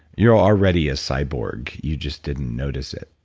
you're already a cyborg, you just didn't notice it.